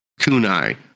Kunai